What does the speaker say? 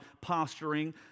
posturing